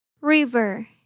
River